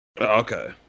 Okay